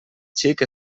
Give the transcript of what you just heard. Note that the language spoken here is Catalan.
xic